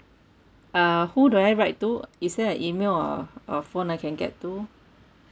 uh who do I write to is there an email or a phone I can get to